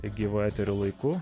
gyvo eterio laiku